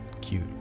cute